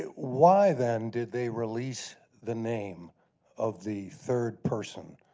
ah why then did they release the name of the third person,